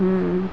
ہوں